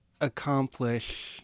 accomplish